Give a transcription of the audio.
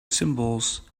symbols